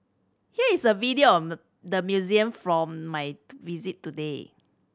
here is a video of the museum from my visit today